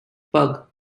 pugh